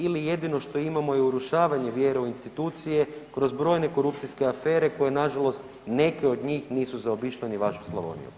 Ili je jedino što imamo je urušavanje vjere u institucije kroz brojne korupcijske afere koje na žalost neke od njih nisu zaobišle ni vašu Slavoniju.